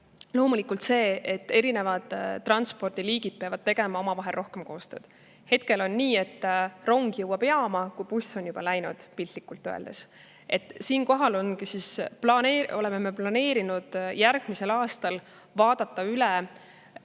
loomulikult see, et erinevad transpordiliigid peavad tegema omavahel rohkem koostööd. Hetkel on nii, et rong jõuab jaama, kui buss on juba läinud, piltlikult öeldes. Siinkohal oleme planeerinud järgmisel aastal vaadata üle